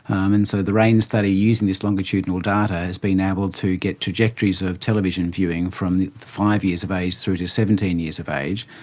um and so the raine study, using this longitudinal data, has been able to get trajectories of television viewing from five years of age through to seventeen years of age,